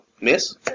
Miss